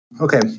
Okay